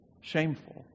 shameful